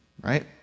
right